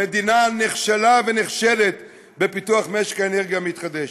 המדינה נכשלה ונכשלת בפיתוח משק האנרגיה המתחדשת,